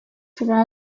pouvant